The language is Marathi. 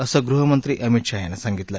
असं गृहमंत्री अमित शहा यांनी सांगितलं